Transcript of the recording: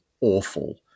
awful